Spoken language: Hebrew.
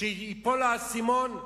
כשייפול לו האסימון,